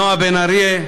נועה בן אריה.